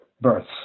births